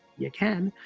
you can.